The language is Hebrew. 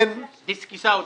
דסקסה אותו.